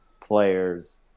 players